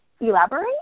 elaborate